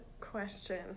question